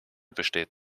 besteht